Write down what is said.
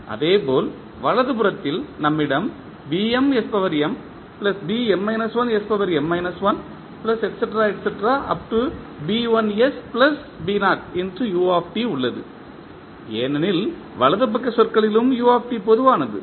அதேபோல் வலதுபுறத்தில் நம்மிடம் உள்ளது ஏனெனில் வலது பக்க சொற்களிலும் பொதுவானது